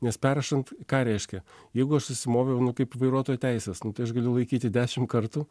nes perrašant ką reiškia jeigu aš susimoviau nu kaip vairuotojo teisės nu tai aš galiu laikyti dešimt kartų